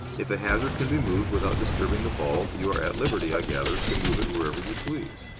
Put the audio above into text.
if a hazard can be moved without disturbing the ball, you are at liberty, i gather, to move it wherever you please.